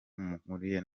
mpuriye